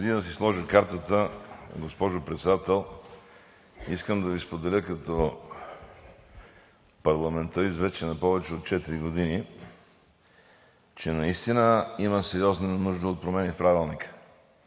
Преди да си сложа картата, госпожо Председател, искам да Ви споделя като парламентарист вече на повече от четири години, че наистина има сериозна нужда от промени в Правилника.